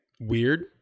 Weird